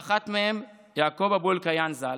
באחת מהן יעקוב אבו אלקעיאן ז"ל,